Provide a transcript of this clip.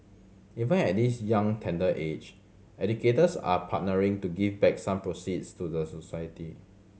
even at this young tender age educators are partnering to give back some proceeds to the society